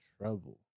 Trouble